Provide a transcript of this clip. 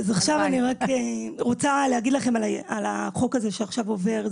אז עכשיו אני רוצה להגיד לכם על החוק הזה שעכשיו עובר,